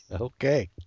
Okay